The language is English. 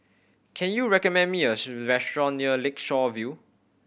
can you recommend me a restaurant near Lakeshore View